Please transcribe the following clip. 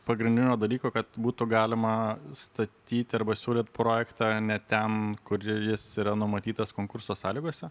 pagrindinio dalyko kad būtų galima statyti arba siūlyt projektą ne ten kur jis yra numatytas konkurso sąlygose